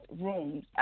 rooms